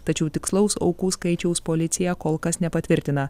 tačiau tikslaus aukų skaičiaus policija kol kas nepatvirtina